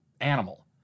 animal